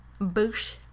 boosh